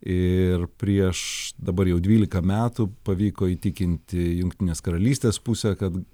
ir prieš dabar jau dvylika metų pavyko įtikinti jungtinės karalystės pusę kad